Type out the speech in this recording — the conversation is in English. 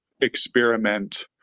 experiment